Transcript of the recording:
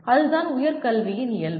அதுதான் உயர் கல்வியின் இயல்பு